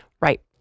Right